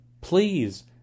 Please